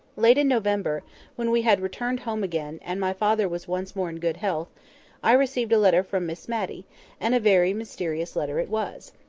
late in november when we had returned home again, and my father was once more in good health i received a letter from miss matty and a very mysterious letter it was.